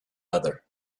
other